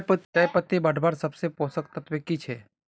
चयपत्ति बढ़वार सबसे पोषक तत्व की छे?